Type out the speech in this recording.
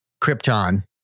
Krypton